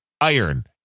iron